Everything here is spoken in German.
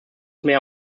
mehr